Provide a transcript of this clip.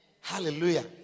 Hallelujah